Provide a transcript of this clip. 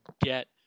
get